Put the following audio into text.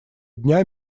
дня